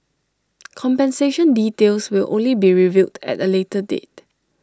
compensation details will only be revealed at A later date